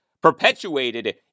perpetuated